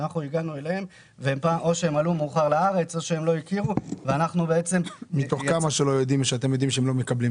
אנחנו הגענו אליהם ואנחנו --- זה מתוך כמה שאתם יודעים שלא מקבלים?